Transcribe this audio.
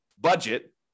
budget